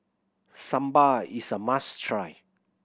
sambar is a must try